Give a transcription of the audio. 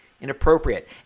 inappropriate